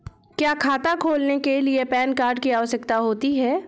क्या खाता खोलने के लिए पैन कार्ड की आवश्यकता होती है?